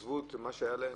אנשים עזבו את מה שהיה להם,